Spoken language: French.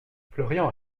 florian